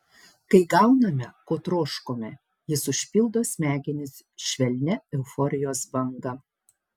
kai gauname ko troškome jis užpildo smegenis švelnia euforijos banga